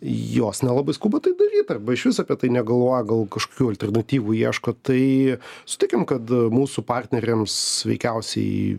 jos nelabai skuba tai daryt arba išvis apie tai negalvoja gal kažkokių alternatyvų ieško tai sutikim kad mūsų partneriams veikiausiai